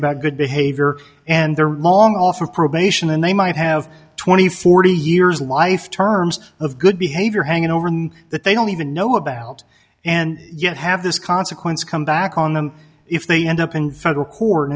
about good behavior and there are long off of probation and they might have twenty forty years life terms of good behavior hanging over him that they don't even know about and yet have this consequence come back on them if they end up in federal court